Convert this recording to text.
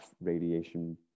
radiation